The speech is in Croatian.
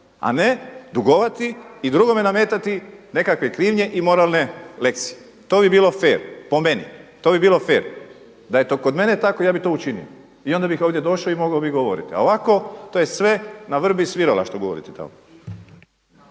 a ne dugovati i drugome nametati nekakve krivnje i moralne lekcije. To bi bilo fer po meni. To bi bilo fer. Da je to kod mene tako ja bih to učinio i onda bih ovdje došao i mogao bih govoriti. A ovako to je sve na vrbi svirala što govorite